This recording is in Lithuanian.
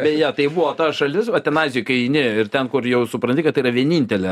beje tai buvo ta šalis va ten azijoj kai eini ir ten kur jau supranti kad tai yra vienintelė